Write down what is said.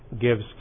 gives